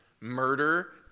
murder